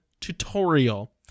tutorial